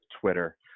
Twitter